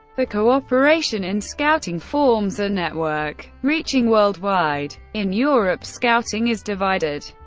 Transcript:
the cooperation in scouting forms a network, reaching worldwide. in europe, scouting is divided.